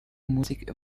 musik